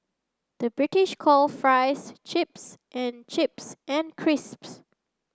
the British call fries chips and chips and crisps